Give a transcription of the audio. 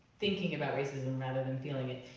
thinking about racism rather than feeling it.